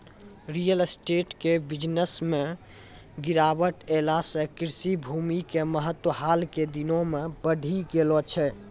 real estate के business मॅ गिरावट ऐला सॅ कृषि भूमि के महत्व हाल के दिनों मॅ बढ़ी गेलो छै